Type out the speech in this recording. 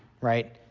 right